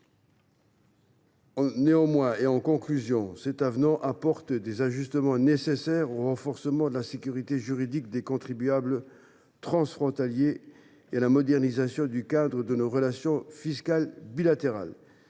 de convention de l’OCDE. Cet avenant apporte toutefois des ajustements nécessaires au renforcement de la sécurité juridique des contribuables transfrontaliers et à la modernisation du cadre de nos relations fiscales bilatérales.